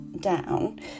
down